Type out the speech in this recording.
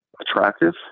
attractive